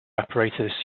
apparatus